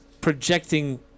projecting